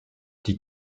die